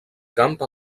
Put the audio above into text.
camp